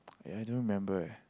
!aiya! I don't remember eh